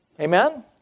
Amen